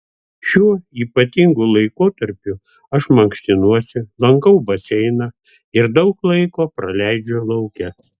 šiuo ypatingu laikotarpiu aš mankštinuosi lankau baseiną ir daug laiko praleidžiu lauke